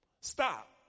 Stop